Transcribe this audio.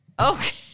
Okay